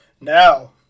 Now